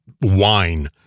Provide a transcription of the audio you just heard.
wine